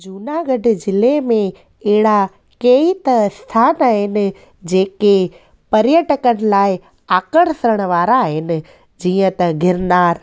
जूनागढ़ ज़िले में अहिड़ा कई त स्थान आहिनि जेके पर्यटकनि लाइ आकर्षण वारा आहिनि जीअं त गिरनार